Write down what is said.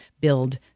build